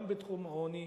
גם בתחום העוני.